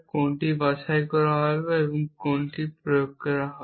কোনটি বাছাই করা হবে এবং কোনটি প্রয়োগ করতে হবে